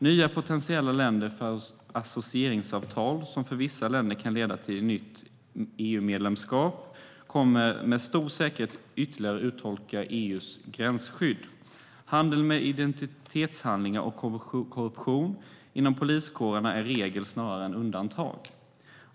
Nya potentiella länder för associeringsavtal, som för vissa länder kan leda till EU-medlemskap, kommer med stor säkerhet att ytterligare urholka EU:s gränsskydd. Handel med identitetshandlingar och korruption inom poliskårerna är regel snarare än undantag.